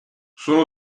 sono